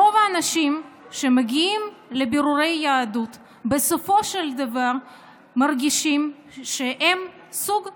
רוב האנשים שמגיעים לבירורי יהדות בסופו של דבר מרגישים שהם סוג ב',